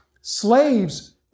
slaves